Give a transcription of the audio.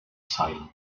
silent